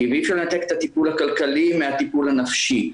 ואי אפשר לנתק את הטיפול הכלכלי מהטיפול הנפשי.